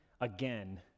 again